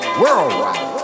worldwide